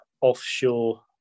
offshore